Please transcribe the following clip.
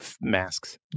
masks